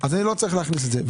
אני לא צריך להכניס את זה.